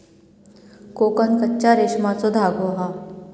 कोकन कच्च्या रेशमाचो धागो हा